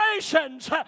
generations